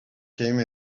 came